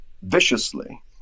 viciously